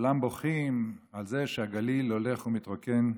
כולם בוכים על זה שהגליל הולך ומתרוקן,